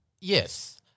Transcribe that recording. yes